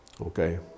Okay